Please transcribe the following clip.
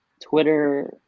Twitter